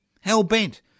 hell-bent